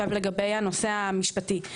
לגבי הנושא המשפטי,